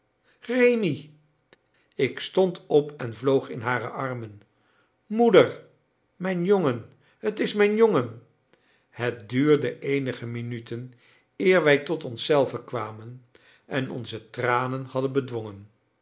rémi ik stond op en vloog in hare armen moeder mijn jongen t is mijn jongen het duurde eenige minuten eer wij tot ons zelven kwamen en onze tranen hadden bedwongen